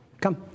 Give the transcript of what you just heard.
Come